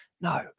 No